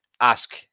ask